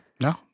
no